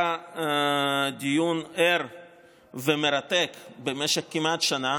היה דיון ער ומרתק במשך כמעט שנה,